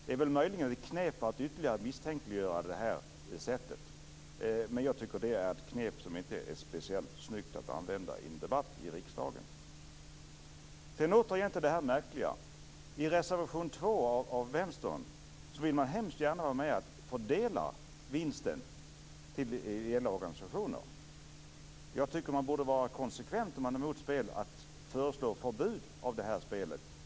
Det är möjligen ett knep för att ytterligare misstänkliggöra förslaget, men jag tycker att det är ett knep som inte är speciellt snyggt att använda i en debatt i riksdagen. Jag vill återigen ta upp det märkliga jag talade om förut. I reservation 2 från Vänstern framgår det att man hemskt gärna vill vara med och fördela vinsten till ideella organisationer. Jag tycker att man borde vara konsekvent, om man är emot spel, och föreslå förbud av detta spel.